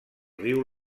riu